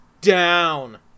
DOWN